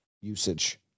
usage